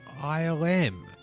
ILM